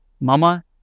Mama